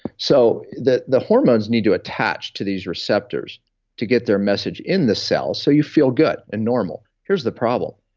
so the the hormones need to attach to these receptors to get their message in the cell so you feel good and normal here's the problem.